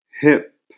hip